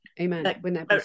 Amen